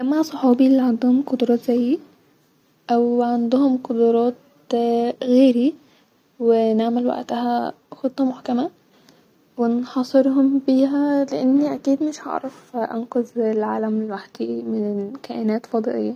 هجمع صحابي الي عندهم قدرات زي-او عندهم قدرات غيري-و نعمل واقتها خطه محكمه ونحا-صرهم بيها لاني اكيد مش عرف انقذ العالم لوحدي م-ن كائنات فصائيه